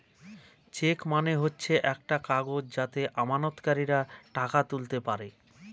check মানে হচ্ছে একটা কাগজ যাতে আমানতকারীরা টাকা তুলতে পারে